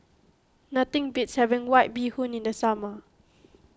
nothing beats having White Bee Hoon in the summer